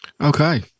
Okay